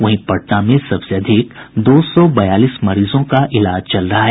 वहीं पटना में सबसे अधिक दो सौ बयालीस मरीजों का इलाज चल रहा है